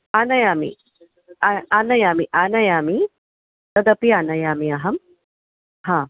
आनयामि आम् आनयामि आनयामि तदपि आनयामि अहं हा